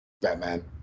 batman